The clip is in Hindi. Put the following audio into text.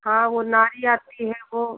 हाँ वह नारी आती है वह